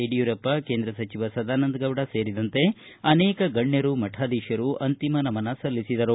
ಯಡಿಯೂರಪ್ಪ ಕೇಂದ್ರ ಸಚಿವ ಸದಾನಂದ ಗೌಡ ಸೇರಿದಂತೆ ಅನೇಕ ಗಣ್ಯರು ಮಠಾಧೀಶರು ಅಂತಿಮ ನಮನ ಸಲ್ಲಿಸಿದರು